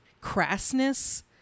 crassness